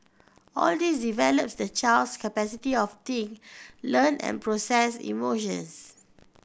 all this develop the child's capacity of think learn and process emotions